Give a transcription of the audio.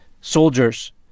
soldiers